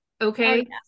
okay